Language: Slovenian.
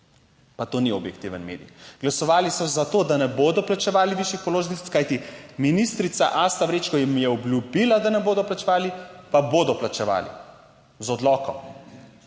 pa to ni objektiven medij. Glasovali so za to, da ne bodo plačevali višjih položnic, kajti ministrica Asta Vrečko jim je obljubila, da ne bodo plačevali, pa bodo plačevali z odlokom.